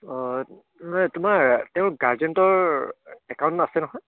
অঁ তোমাৰ তেওঁ গাৰ্জেণ্টৰ একাউণ্ট আছে নহয়